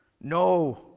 No